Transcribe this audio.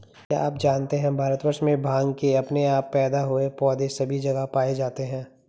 क्या आप जानते है भारतवर्ष में भांग के अपने आप पैदा हुए पौधे सभी जगह पाये जाते हैं?